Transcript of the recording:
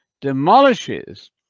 demolishes